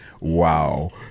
Wow